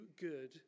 good